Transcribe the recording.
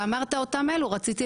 שש.